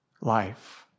life